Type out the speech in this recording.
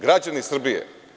Građani Srbije.